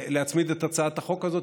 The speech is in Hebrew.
להצמיד את הצעת החוק הזו,